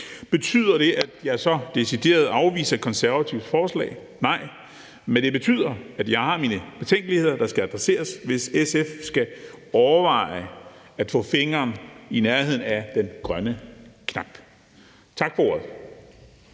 Betyder det, at jeg så decideret afviser Konservatives forslag? Nej, men det betyder, at jeg har mine betænkeligheder, der skal adresseres, hvis SF skal overveje at få fingeren i nærheden af den grønne knap. Tak for ordet.